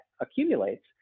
accumulates